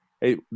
Hey